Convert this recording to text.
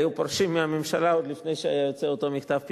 היו פורשים מהממשלה עוד לפני שהיה יוצא אותו מכתב פיטורין.